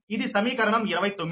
ఇది సమీకరణం 29